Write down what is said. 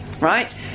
Right